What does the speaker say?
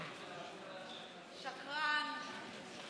שקרן.